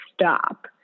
stop